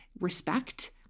respect